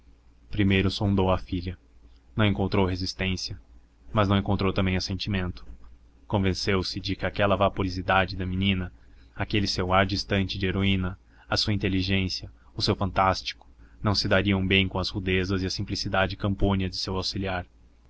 primeiro sondou a filha não encontrou resistência mas não encontrou também assentimento convenceu-se de que aquela vaporosidade da menina aquele seu ar distante de heroína a sua inteligência o seu fantástico não se dariam bem com as rudezas e a simplicidade campônias de seu auxiliar